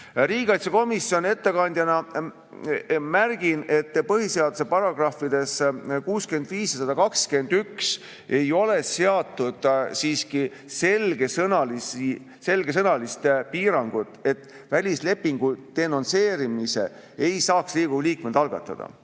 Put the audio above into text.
Riigikaitsekomisjoni ettekandjana märgin, et põhiseaduse §‑des 65 ja 121 ei ole seatud siiski selgesõnalist piirangut, et välislepingu denonsseerimist ei saaks Riigikogu liikmed algatada.